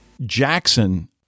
Jackson